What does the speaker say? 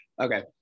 okay